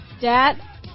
Dad